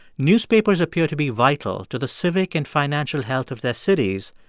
newspapers appear to be vital to the civic and financial health of their cities,